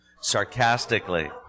Sarcastically